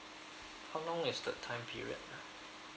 how long is the time period ah